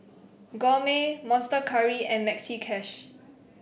Gourmet Monster Curry and Maxi Cash